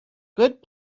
good